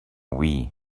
wii